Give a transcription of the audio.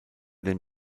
den